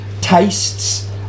tastes